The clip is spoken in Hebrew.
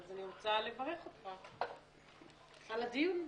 אני רוצה לברך אותך על הדיון בחוק.